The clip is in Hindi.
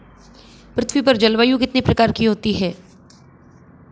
पृथ्वी पर जलवायु कितने प्रकार की होती है?